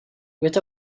with